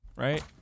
Right